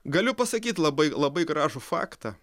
galiu pasakyt labai labai gražų faktą